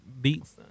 beats